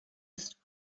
ist